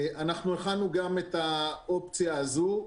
אנחנו הכנו גם את האופציה הזאת,